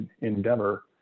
endeavor